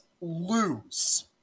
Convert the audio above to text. lose